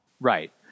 Right